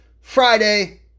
Friday